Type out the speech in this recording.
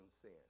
sin